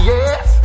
Yes